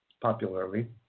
popularly